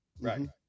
Right